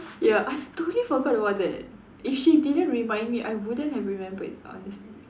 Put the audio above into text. ya I totally forget about that if she didn't remind me I wouldn't have remembered honestly